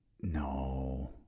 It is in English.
No